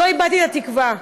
לא איבדתי את התקווה.